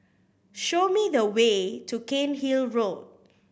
show me the way to Cairnhill Road